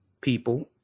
people